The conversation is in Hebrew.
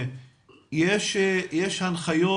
יש הנחיות,